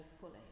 fully